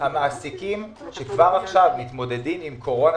המעסיקים שכבר עכשיו מתמודדים עם קורונה